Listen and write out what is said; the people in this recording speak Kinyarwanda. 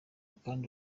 kandi